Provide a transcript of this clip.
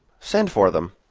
send for them.